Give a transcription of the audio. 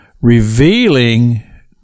revealing